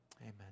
amen